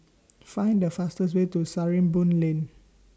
Find The fastest Way to Sarimbun Lane